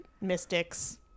Mystics